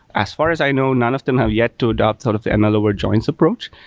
as far as i know, none of them have yet to adapt sort of the ml over joins approach,